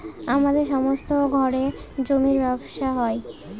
আমাদের সমস্ত ঘরে জমির ব্যবসা হয়